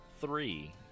three